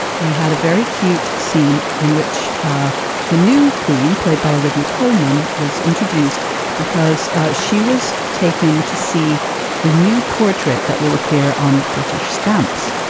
we had a very cute scene in which ah the new queen, played by olivia colman, was introduced because she was taken to see the new portrait that will appear on british stamps.